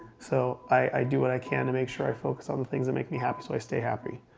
so i do what i can to make sure i focus on things that make me happy so i stay happy.